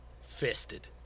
fisted